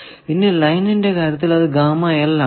ഇനി ലൈനിന്റെ കാര്യത്തിൽ അത് ആണ്